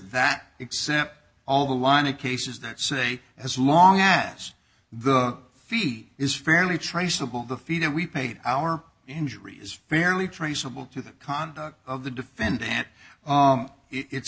that except all the line of cases that say as long as the fee is fairly traceable the fee that we paid our injury is fairly traceable to the conduct of the defendant and it's